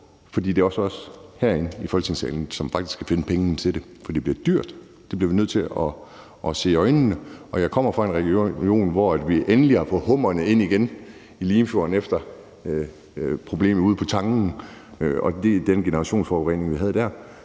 For det er os herinde i Folketingssalen, som faktisk skal finde pengene til det. Og det bliver dyrt, det bliver vi nødt til at se i øjnene. Jeg kommer fra en region, hvor vi endelig har fået hummerne ind i Limfjorden igen efter problemet ude på tangen og den generationsforurening, vi havde der.